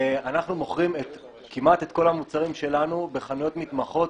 אנחנו מוכרים כמעט את כל המוצרים שלנו בחנויות מתמחות,